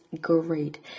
great